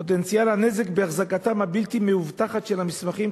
פוטנציאל הנזק בהחזקתם הבלתי-מאובטחת של המסמכים,